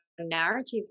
narratives